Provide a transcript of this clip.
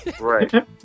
Right